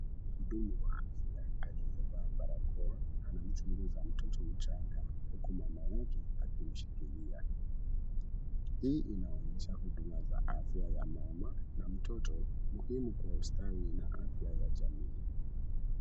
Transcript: Muhudumu wa afya aliyevaa barakoa anamchunguza mtoto mchanga huku mama yake akimshikilia. Hii inaonyesha huduma za afya ya mama na mtoto, muhimu kwa ustawi na afya na jamii.